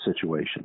situation